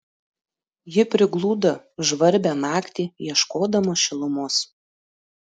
ji prigludo žvarbią naktį ieškodama šilumos